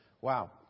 Wow